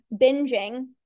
binging